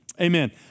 Amen